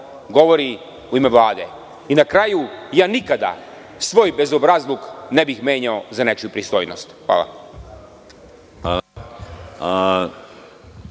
govori u ime Vlade.I na kraju, ja nikada svoj bezobrazluk ne bih menjao za nečiju pristojnost. Hvala.